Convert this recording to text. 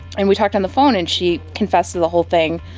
and we talked on the phone and she confessed to the whole thing.